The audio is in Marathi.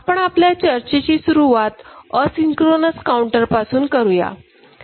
आपण आपल्या चर्चेची सुरुवात असिंक्रोनस काऊंटर पासून करूया